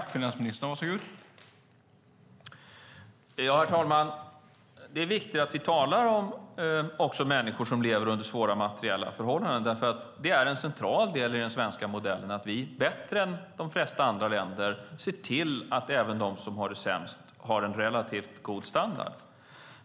Herr talman! Det är viktigt att vi talar också om människor som lever under svåra materiella förhållanden, därför att det är en central del i den svenska modellen att vi bättre än de flesta andra länder ser till att även de som har det sämst har en relativt god standard.